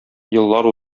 еллар